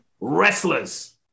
wrestlers